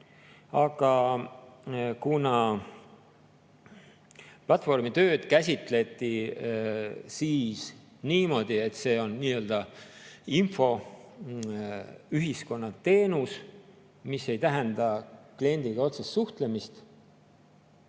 Kuna platvormitööd käsitleti siis niimoodi, et see on nii-öelda infoühiskonnateenus, mis ei tähenda kliendiga otsest suhtlemist,